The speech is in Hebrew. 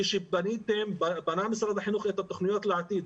כשמשרד החינוך בנה את התכניות לעתיד,